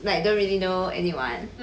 like don't really know anyone